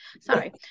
Sorry